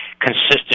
consistent